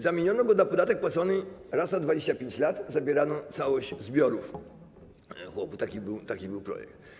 Zamieniono go na podatek płacony raz na 25 lat, zabierano całość zbiorów chłopu, taki był projekt.